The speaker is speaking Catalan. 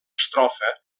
estrofa